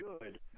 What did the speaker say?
good